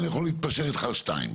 אני יכול להתפשר איתך על שתיים,